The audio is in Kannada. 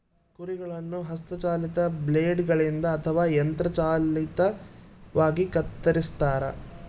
ಕುರಿಗಳನ್ನು ಹಸ್ತ ಚಾಲಿತ ಬ್ಲೇಡ್ ಗಳಿಂದ ಅಥವಾ ಯಂತ್ರ ಚಾಲಿತವಾಗಿ ಕತ್ತರಿಸ್ತಾರ